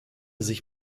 sich